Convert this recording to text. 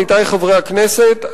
עמיתי חברי הכנסת,